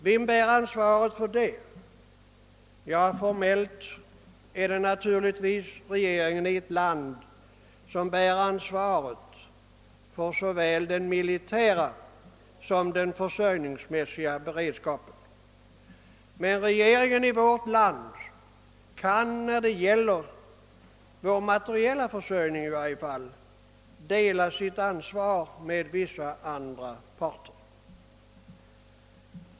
Vem bär ansvaret för det? Formellt är det naturligtvis regeringen i ett land som bär ansvaret för såväl den militära som den försörjningsmässiga beredskapen. Men regeringen i vårt land kan när det gäller vår materiella försörjning i varje fall dela sitt ansvar med vissa andra parter.